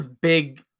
big